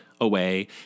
away